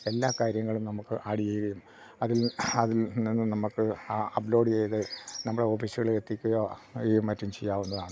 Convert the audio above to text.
എല്ലാ കാര്യങ്ങളും നമുക്ക് ആഡ് ചെയ്യുകയും അതിൽ അതിൽ നിന്നും നമുക്ക് അപ്ലോഡ് ചെയ്തു നമ്മുടെ ഓഫീസുകളിൽ എത്തിക്കുകയോ മറ്റും ചെയ്യാവുന്നതാണ്